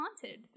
haunted